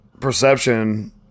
perception